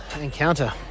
Encounter